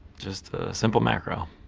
just a simple macro.